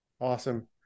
Awesome